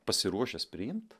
pasiruošęs priimt